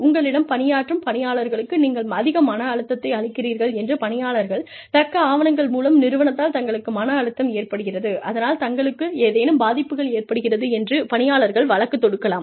உங்களிடம் பணியாற்றும் பணியாளர்களுக்கு நீங்கள் அதிக மன அழுத்தத்தை அளிக்கிறீர்கள் என்று பணியாளர்கள் தக்க ஆவணங்கள் மூலம் நிறுவனத்தால் தங்களுக்கு மன அழுத்தம் ஏற்படுகிறது அதனால் தங்களுக்கு ஏதேனும் பாதிப்புகள் ஏற்பட்டிருக்கிறது என்று பணியாளர்கள் வழக்கு தொடுக்கலாம்